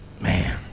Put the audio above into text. Man